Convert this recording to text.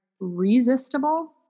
resistible